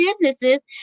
businesses